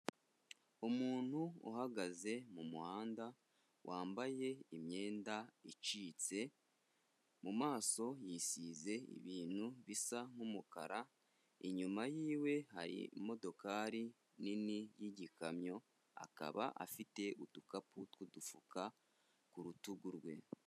Umuntu uhagaze mu muhanda, wambaye imyenda icitse, mu maso yisize ibintu bisa nk'umukara, inyuma yiwe hari imodokari nini y'igikamyo, akaba afite udukapu tw'udufuka ku rutugu rwe.